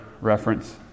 reference